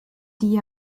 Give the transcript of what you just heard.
die